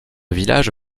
village